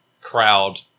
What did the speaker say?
crowd